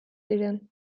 ziren